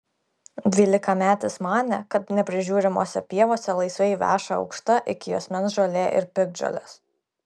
dvylikametis manė kad neprižiūrimose pievose laisvai veša aukšta iki juosmens žolė ir piktžolės